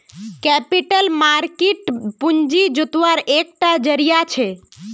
capital market पूँजी जुत्वार एक टा ज़रिया छे